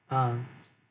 ah